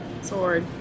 sword